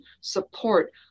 support